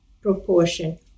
proportion